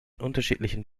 unterschiedlichen